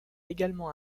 également